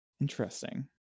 interesting